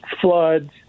floods